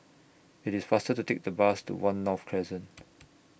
IT IS faster to Take The Bus to one North Crescent